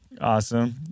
awesome